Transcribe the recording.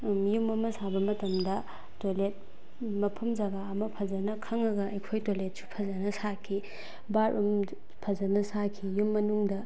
ꯌꯨꯝ ꯑꯃ ꯁꯥꯕ ꯃꯇꯝꯗ ꯇꯣꯏꯂꯦꯠ ꯃꯐꯝ ꯖꯒꯥ ꯑꯃ ꯐꯖꯅ ꯈꯪꯉꯒ ꯑꯩꯈꯣꯏ ꯇꯣꯏꯂꯦꯠꯁꯨ ꯐꯖꯅ ꯁꯥꯈꯤ ꯕꯥꯠꯔꯨꯝ ꯐꯖꯅ ꯁꯥꯈꯤ ꯌꯨꯝ ꯃꯅꯨꯡꯗ